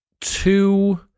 two